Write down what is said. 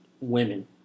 women